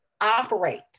operate